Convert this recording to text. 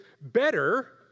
better